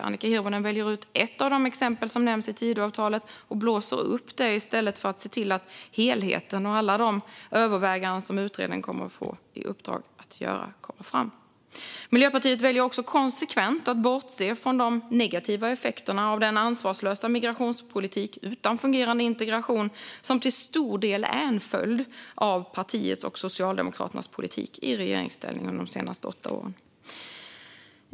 Annika Hirvonen väljer ut ett av de exempel som nämns i Tidöavtalet och blåser upp det i stället för att se till att helheten och alla de överväganden som utredningen kommer att få i uppdrag att göra kommer fram. Miljöpartiet väljer också konsekvent att bortse från de negativa effekterna av den ansvarslösa migrationspolitik utan fungerande integration som till stor del är en följd av partiets och Socialdemokraternas politik i regeringsställning under de senaste åtta åren.